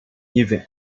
even